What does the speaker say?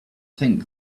think